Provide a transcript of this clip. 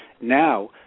Now